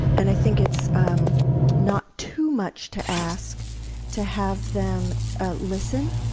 and i think it's um not too much to ask to have them listen,